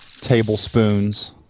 tablespoons